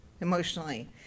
emotionally